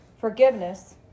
forgiveness